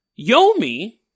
Yomi